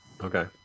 Okay